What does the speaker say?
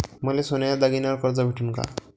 मले सोन्याच्या दागिन्यावर कर्ज भेटन का?